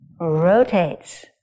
rotates